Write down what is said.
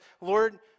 Lord